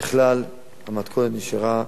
ככלל, המתכונת נשארה